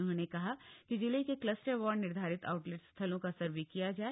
उन्होंने कहा कि जिले के क्लस्टर वार निर्धारित थ उटलेट स्थलों का सर्वे किया जाए